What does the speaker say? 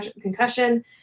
concussion